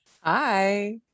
Hi